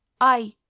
I—